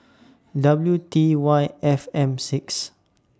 W T Y F M six